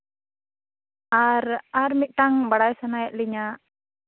ᱟᱨ ᱟᱨ ᱢᱤᱫᱴᱟᱱ ᱵᱟᱲᱟᱭ ᱥᱟᱱᱟᱭᱮᱫ ᱞᱤᱧᱟᱹ